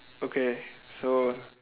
okay so